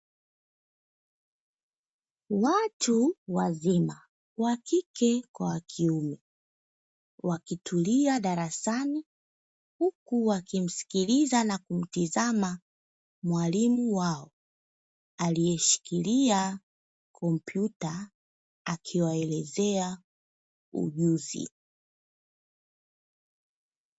Watu wazima wa kike na kiume, wakitulia darasani, huku wakimsikiliza na kumtizama mwalimu wao, aliyeshikilia kompyuta akiwaelezea ujuzi.